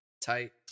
tight